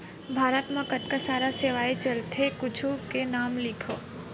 भारत मा कतका सारा सेवाएं चलथे कुछु के नाम लिखव?